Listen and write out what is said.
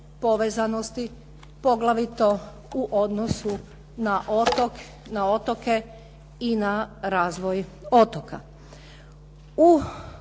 povezanosti, poglavito u odnosu na otoke i na razvoj otoka.